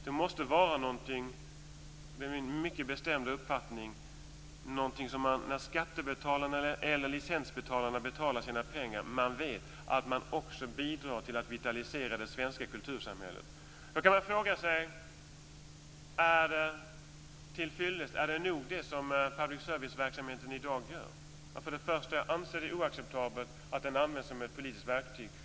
Min mycket bestämda uppfattning är att public service-verksamheten måste vara någonting som gör att skatte eller licensbetalarna vet att de är med och betalar och bidrar till att vitalisera det svenska kultursamhället. Man kan fråga sig om det som public serviceverksamheten i dag gör är till fyllest. Först och främst anser jag det vara oacceptabelt att den används som ett politiskt verktyg.